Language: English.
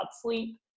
sleep